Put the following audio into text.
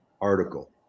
article